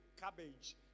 cabbage